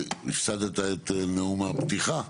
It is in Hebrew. בבקשה.